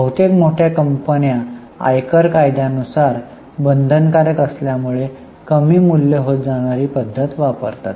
बहुतेक मोठ्या कंपन्या आयकर कायद्यानुसार बंधनकारक असल्यामुळे कमी मूल्य होत जाणारी पद्धत वापरतात